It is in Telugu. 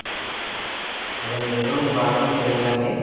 అదే మీరు మీ వారు మీ పిల్లలండి